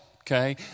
okay